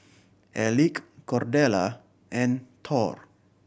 Elick Cordella and Thor